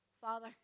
Father